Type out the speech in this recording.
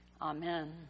Amen